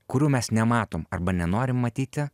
kurių mes nematom arba nenorim matyti